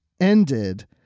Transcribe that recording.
ended